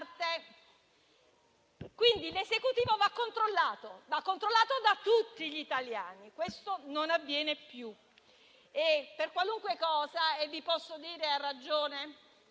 e, quindi, va controllato da tutti gli italiani. Ebbene, questo non avviene più. Per qualunque cosa - e vi posso dire a ragione